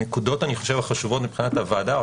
הנקודות החשובות מבחינת הוועדה או